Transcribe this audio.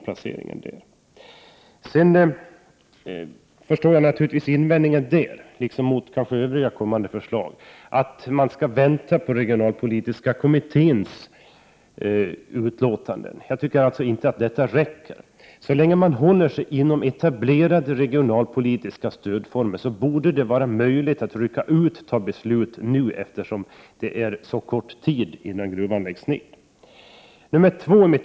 Jag förstår naturligtvis den eventuella invändningen mot detta och övriga kommande förslag, nämligen att vi skall vänta på regionalpolitiska kommitténs utlåtande. Jag tycker alltså inte att det räcker. Så länge man håller sig inom etablerade regionalpolitiska stödformer borde det vara möjligt att fatta beslut redan nu, eftersom det är så kort tid tills gruvan läggs ner.